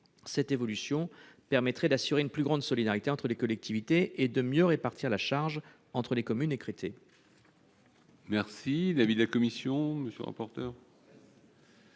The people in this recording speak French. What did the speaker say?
Cette évolution permettrait d'assurer une plus grande solidarité entre les collectivités et de mieux répartir la charge entre les communes écrêtées. Quel est l'avis de la commission ? Cet amendement